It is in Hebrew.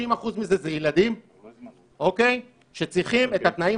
ש-60% מזה הם ילדים שצריכים את התנאים